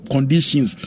Conditions